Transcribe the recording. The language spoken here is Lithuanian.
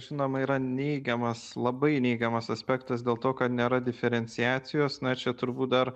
žinoma yra neigiamas labai neigiamas aspektas dėl to kad nėra diferenciacijos na čia turbūt dar